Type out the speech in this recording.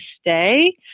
stay